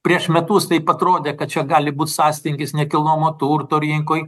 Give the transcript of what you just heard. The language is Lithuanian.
prieš metus taip atrodė kad čia gali būt sąstingis nekilnojamo turto rinkoj